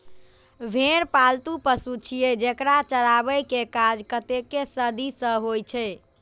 भेड़ पालतु पशु छियै, जेकरा चराबै के काज कतेको सदी सं होइ छै